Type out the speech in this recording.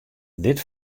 dit